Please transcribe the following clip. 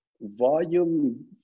volume